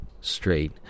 straight